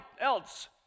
else